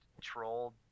trolled